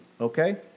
Okay